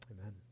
Amen